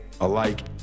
alike